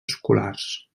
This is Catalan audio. escolars